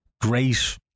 great